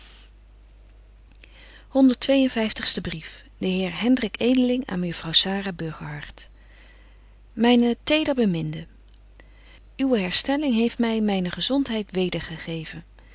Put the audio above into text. en vyftigste brief de heer hendrik edeling aan mejuffrouw sara burgerhart myne teder beminde uwe herstelling heeft my myne gezontheid wedergegeven